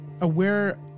aware